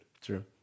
True